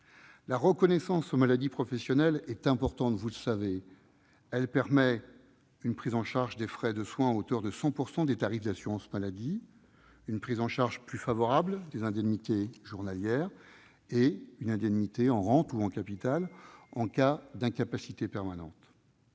La reconnaissance des maladies professionnelles est importante, vous le savez. Elle permet une prise en charge des frais de soins à hauteur de 100 % des tarifs d'assurance maladie, une prise en charge plus favorable des indemnités journalières et une indemnité en rente ou en capital en cas d'incapacité permanente.